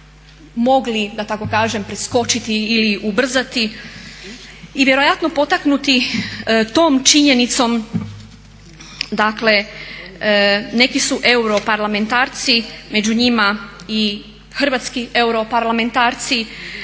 mogli da tako kažem preskočiti ili ubrzati i vjerojatno potaknuti tom činjenicom dakle neki su europarlamentarci, među njima i hrvatski europarlamentarci,